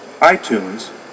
iTunes